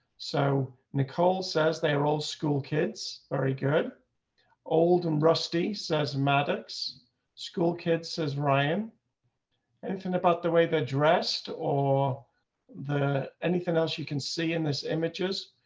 so nicole says they are all school kids very good old and rusty says maddox school kid says ryan anything about the way they're dressed or the anything else you can see in this images,